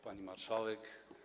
Pani Marszałek!